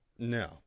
No